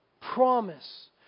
promise